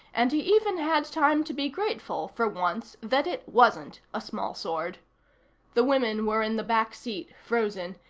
and he even had time to be grateful, for once, that it wasn't a smallsword. the women were in the back seat, frozen,